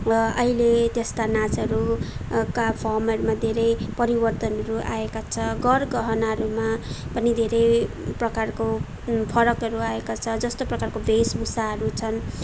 अहिले त्यस्ता नाचहरूका फर्महरूमा धेरै परिवर्तनहरू आएका छ गरगहनाहरूमा पनि धेरै प्रकारको फरकहरू आएका छ जस्तो प्रकारको वेशभूषाहरू छन्